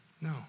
No